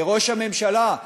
לראש הממשלה,